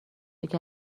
یکی